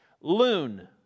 Loon